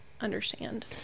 understand